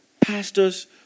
pastors